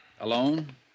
Alone